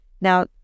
now